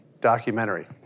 documentary